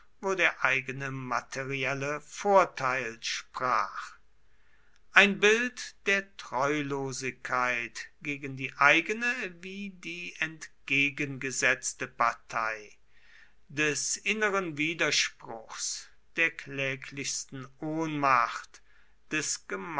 wo der eigene materielle vorteil sprach ein bild der treulosigkeit gegen die eigene wie die entgegengesetzte partei des inneren widerspruchs der kläglichsten ohnmacht